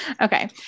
okay